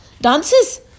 dances